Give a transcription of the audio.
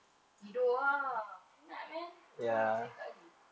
tidur ah penat man tomorrow I have to wake up early